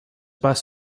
bus